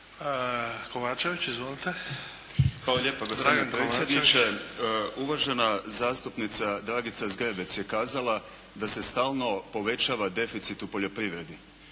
lijepa gospodine predsjedniče. Uvažena zastupnica Dragica Zgrebec je kazala da se stalno povećava deficit u poljoprivredi.